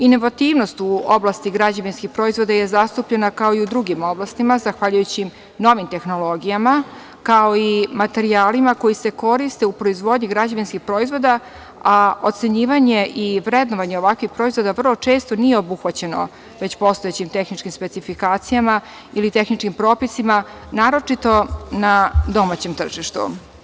Inovativnost u oblasti građevinskih proizvoda je zastupljena kao i u drugim oblastima zahvaljujući novim tehnologijama, kao i materijalima koji se koriste u proizvodnji građevinskih proizvoda, a ocenjivanje i vrednovanje ovakvih proizvoda vrlo često nije obuhvaćeno već postojećim tehničkim specifikacijama ili tehničkim propisima, naročito na domaćem tržištu.